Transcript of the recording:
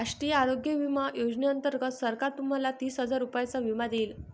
राष्ट्रीय आरोग्य विमा योजनेअंतर्गत सरकार तुम्हाला तीस हजार रुपयांचा विमा देईल